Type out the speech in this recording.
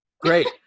great